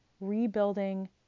rebuilding